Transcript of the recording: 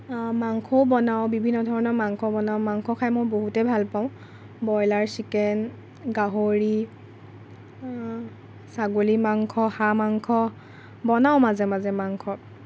মাংসও বনাওঁ বিভিন্ন ধৰণৰ মাংস বনাওঁ মাংস খাই মই বহুতে ভাল পাওঁ ব্ৰইলাৰ চিকেন গাহৰি ছাগলী মাংস হাঁহ মাংস বনাওঁ মাজে মাজে মাংস